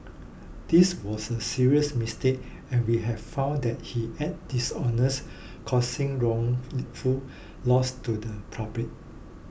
this was a serious mistake and we have found that he acted dishonest causing wrongful loss to the public